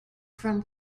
from